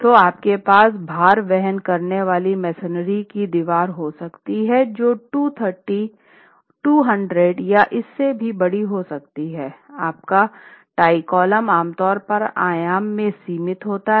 तो आपके पास भार वहन करने वाली मेसनरी की दीवार हो सकती है जो 230 200 या इससे भी बड़ी हो सकती है आपका टाई कॉलम आमतौर पर आयाम में सीमित होता है